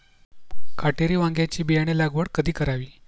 काटेरी वांग्याची बियाणे लागवड कधी करावी?